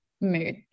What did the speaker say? mood